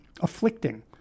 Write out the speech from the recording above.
afflicting